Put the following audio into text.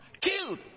Killed